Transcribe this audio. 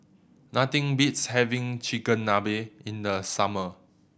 nothing beats having Chigenabe in the summer